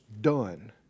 done